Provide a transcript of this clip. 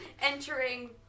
entering